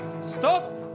stop